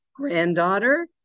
granddaughter